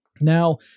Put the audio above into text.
Now